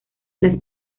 las